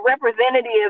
representative